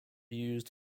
used